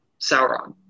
Sauron